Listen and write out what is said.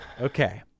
Okay